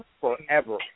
forever